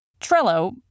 Trello